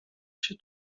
się